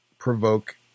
provoke